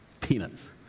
peanuts